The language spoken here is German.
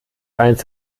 eins